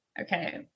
okay